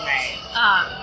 Right